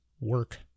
work